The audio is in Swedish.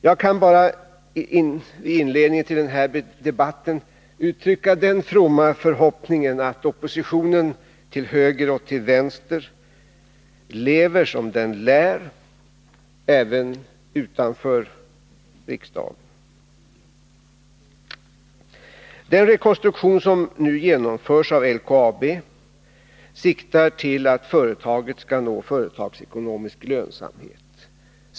Jag kan i inledningen till den här debatten bara uttrycka den fromma förhoppningen att oppositionen till höger och till vänster lever som den lär även utanför riksdagen. Den rekonstruktion av LKAB som nu genomförs siktar till att företaget skall nå företagsekonomisk lönsamhet.